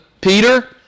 Peter